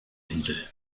insel